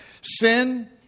sin